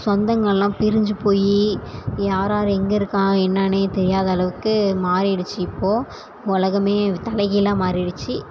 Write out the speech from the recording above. சொந்தங்கள்லாம் பிரிஞ்சு போய் யார் யார் எங்கே இருக்கா என்னான்னே தெரியாத அளவுக்கு மாறிடிச்சு இப்போ உலகமே தலைகீழா மாறிடிச்சு